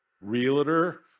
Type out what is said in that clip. realtor